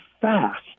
fast